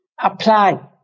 apply